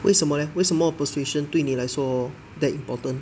为什么 leh 为什么 persuasion 对你来说 that important